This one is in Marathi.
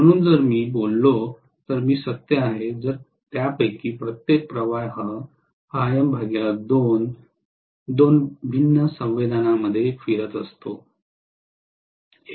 म्हणूनच जर मी बोललो तर मी सत्य आहे जर त्यापैकी प्रत्येक प्रवाह दोन भिन्न संवेदनांमध्ये फिरत असतो